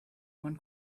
one